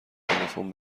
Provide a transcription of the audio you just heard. تلفن